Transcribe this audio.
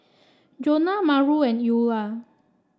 Jonah Maura and Eulah